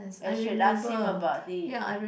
as should ask him about it